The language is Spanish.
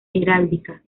heráldica